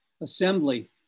assembly